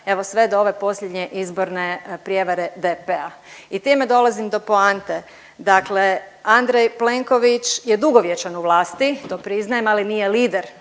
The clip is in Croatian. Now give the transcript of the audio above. evo sve do ove posljednje izborne prijevare DP-a. I time dolazim do poante, dakle Andrej Plenković je dugovječan u vlasti, to priznajem, ali nije lider.